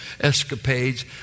escapades